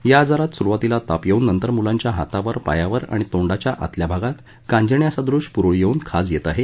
या आजारात सुरूवातीला ताप येऊन नंतर मुलांच्या हातावर पायावर आणि तोंडाच्या आतल्या भागात कांजिण्यासदृश पुरळ येऊन खाज येत आहे